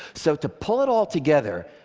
so to pull it all together,